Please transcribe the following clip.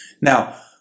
Now